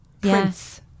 Prince